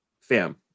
Fam